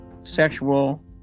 sexual